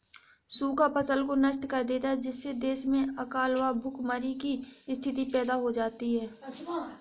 सूखा फसल को नष्ट कर देता है जिससे देश में अकाल व भूखमरी की स्थिति पैदा हो जाती है